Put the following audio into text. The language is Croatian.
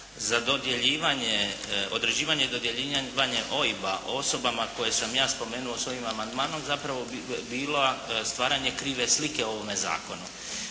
za dodjeljivanje, određivanje dodjeljivanja OIB-a osobama koje sam ja spomenuo svojim amandmanom, zapravo bi bilo stvaranje krive slike o ovome zakonu.